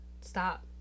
stop